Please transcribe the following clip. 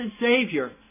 Savior